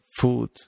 food